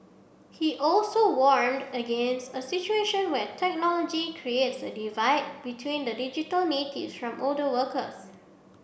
he also warned against a situation where technology creates a divide between the digital natives from older workers